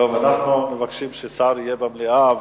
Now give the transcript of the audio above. טוב, אנחנו מבקשים שיהיה שר במליאה.